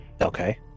okay